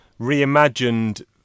reimagined